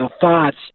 thoughts